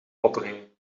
opbrengen